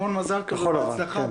המון מזל טוב ובהצלחה.